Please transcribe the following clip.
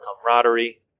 camaraderie